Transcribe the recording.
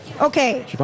okay